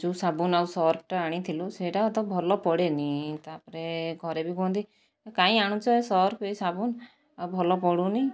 ଯେଉଁ ସାବୁନ ଆଉ ସର୍ଫଟା ଆଣିଥିଲୁ ସେଟା ତ ଭଲ ପଡ଼େନି ତା'ପରେ ଘରେ ବି କୁହନ୍ତି କାହିଁକି ଆଣୁଚ ଏ ସର୍ଫ ଏ ସାବୁନ ଆଉ ଭଲ ପଡ଼ୁନି